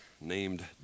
named